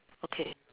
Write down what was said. okay